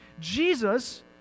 Jesus